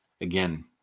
again